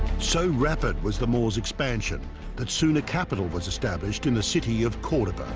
so rapid was the moors expansion that sooner capital was established in the city of cordoba